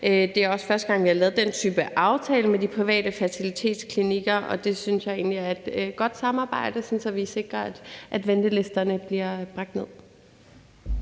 Det er også første gang, vi har lavet den type aftale med de private fertilitetsklinikker, og det synes jeg egentlig er et godt samarbejde, i forhold til at vi sikrer, at ventelisterne bliver bragt ned.